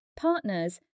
partners